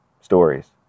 stories